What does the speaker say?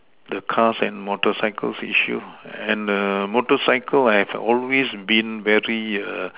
the cars and motorcycles issues and err motorcycles has always been very err